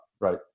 Right